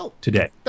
today